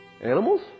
Animals